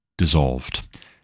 Dissolved